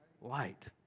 light